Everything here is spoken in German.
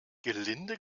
gelinde